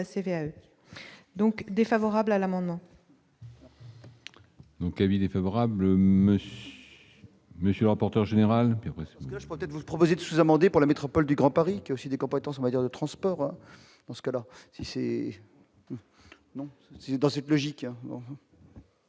donc défavorable à l'amendement.